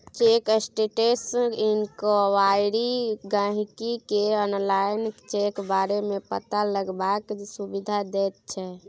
cheque status enquiry गाहिंकी केँ online cheque बारे मे पता लगेबाक सुविधा दैत छै